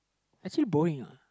actually boring uh